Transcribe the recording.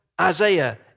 Isaiah